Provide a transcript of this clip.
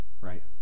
Right